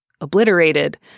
obliterated